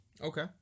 Okay